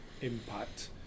impact